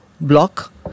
block